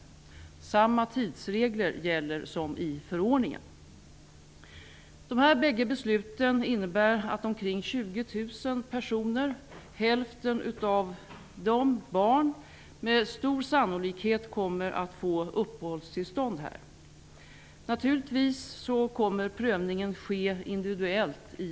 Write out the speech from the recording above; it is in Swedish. Samma tidsregler gäller som i förordningen. Dessa båda beslut innebär att omkring 20 000 personer, varav hälften är barn, med stor sannolikhet kommer att få uppehållstillstånd. Naturligtvis kommer prövningen att ske individuellt.